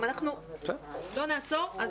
אם אנחנו לא נעצור,